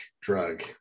drug